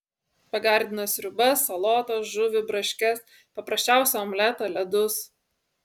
pagardina sriubas salotas žuvį braškes paprasčiausią omletą ledus